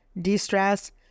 de-stress